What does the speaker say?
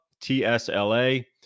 T-S-L-A